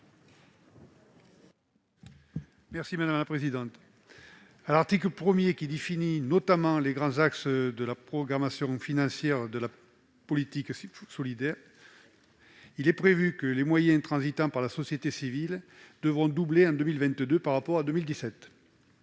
est à M. André Guiol. L'article 1, qui définit notamment les grands axes de la programmation financière de la politique solidaire, précise que les moyens transitant par la société civile devront doubler en 2022 par rapport à 2017.